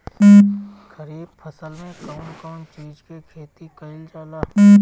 खरीफ फसल मे कउन कउन चीज के खेती कईल जाला?